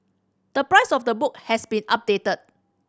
the price of the book has been updated